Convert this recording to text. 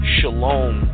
Shalom